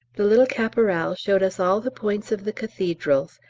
the little caporal showed us all the points of the cathedrals,